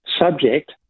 subject